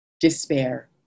despair